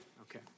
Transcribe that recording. Okay